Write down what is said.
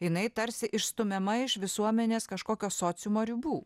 jinai tarsi išstumiama iš visuomenės kažkokio sociumo ribų